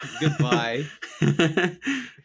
Goodbye